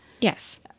Yes